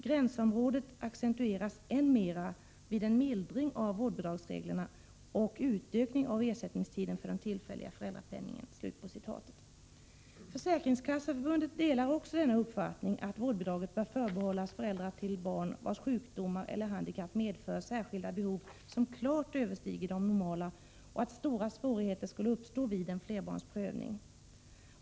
Gränsområdet accentueras än mera vid en mildring av vårdbidragsreglerna och utökning av ersättningstiden för den tillfälliga föräldrapenningen.” Försäkringskasseförbundet delar också uppfattningen att vårdbidraget bör förbehållas föräldrar till barn vilkas sjukdomar eller handikapp medför särskilda behov som klart överstiger de normala och att stora svårigheter skulle uppstå vid en flerbarnsprövning.